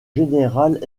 générales